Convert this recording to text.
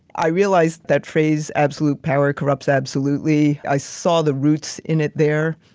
i realized that phrase absolute power corrupts absolutely. i saw the roots in it there.